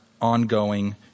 ongoing